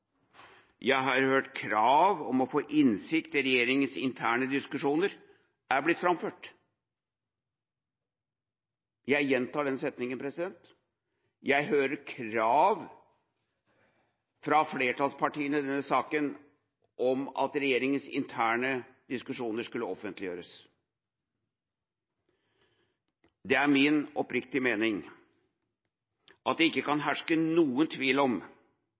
Jeg har hørt at det er blitt framført krav om å få innsikt i regjeringas interne diskusjoner. Jeg gjentar den setninga: Jeg hører krav fra flertallspartiene i denne saka om at regjeringas interne diskusjoner skal offentliggjøres. Det er min oppriktige mening at det ikke kan herske noen tvil om